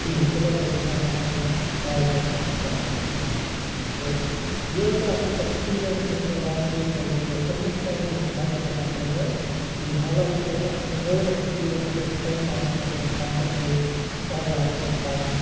کِہیٖنۍ تِمن ٲسۍ گَژھان وارِیاہ پرٛابلم اَتھ سمجھنس منٛز تہٕ یہِ ٲس اکھ اٮ۪کٕسپیٖرینٕس یۄس مےٚ باسے کیٛازِکہِ اَنٛڈرسِٹینٛڈ اوس نہٕ بچہٕ گَژھان تَمہِ آے کِہیٖنۍ حالانکہِ اوس اتھ تہِ نٔو اٮ۪کٕسپیٖرینٕس ٲس فٔسٹ ٹایِم یَتھ منٛز بچن پیوٚو آن لایِن پَرُن